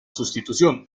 sustitución